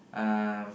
um